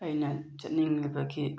ꯑꯩꯅ ꯆꯠꯅꯤꯡꯂꯤꯕꯒꯤ